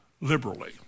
liberally